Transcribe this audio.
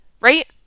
right